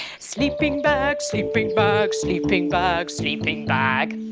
sleeping bag, sleeping bag sleeping bag, sleeping bag.